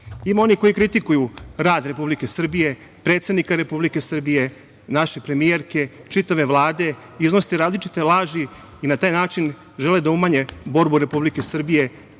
onih koji kritikuju rad Republike Srbije, predsednika Republike Srbije, naše premijerke, čitave Vlade, iznose različite laži i na taj način žele da umanje borbu Republike Srbije,